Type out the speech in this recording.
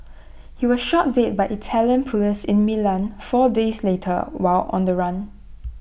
he was shot dead by Italian Police in Milan four days later while on the run